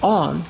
on